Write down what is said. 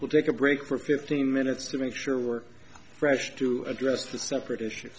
we'll take a break for fifteen minutes to make sure we're fresh to address the separate issue